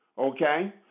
okay